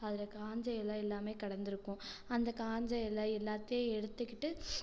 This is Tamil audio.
அதுல காஞ்ச இலை எல்லாமே கலந்துருக்கும் அந்த காஞ்ச இல எல்லாத்தையும் எடுத்துக்கிட்டு